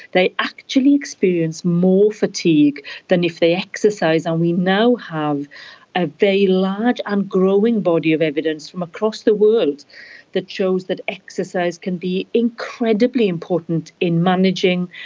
they actually experience more fatigue than if they exercise. and we now have a very large and growing body of evidence from across the world that shows that exercise can be incredibly important in managing,